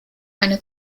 eine